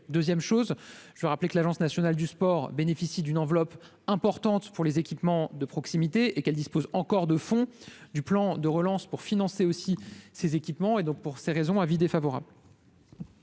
2ème chose je veux rappeler que l'Agence nationale du sport bénéficie d'une enveloppe importante pour les équipements de proximité et qu'elle dispose encore de fonds du plan de relance pour financer aussi ces équipements et donc pour ces raisons avis défavorable.